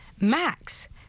Max